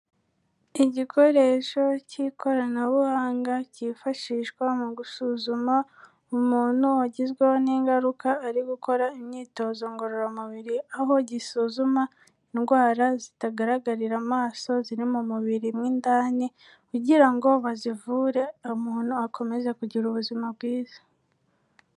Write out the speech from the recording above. Igikoresho cy'ikoranabuhanga, kifashishwa mu gusuzuma umuntu wagizweho n'ingaruka ari gukora imyitozo ngororamubiri, aho gisuzuma indwara zitagaragarira amaso ziri mu mubiri mu indani, kugira ngo bazivure umuntu akomeze kugira ubuzima bwiza.